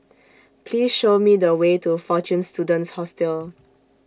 Please Show Me The Way to Fortune Students Hostel